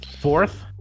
Fourth